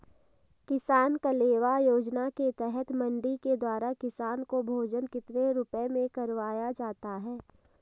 किसान कलेवा योजना के तहत मंडी के द्वारा किसान को भोजन कितने रुपए में करवाया जाता है?